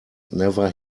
never